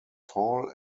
tall